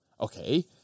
Okay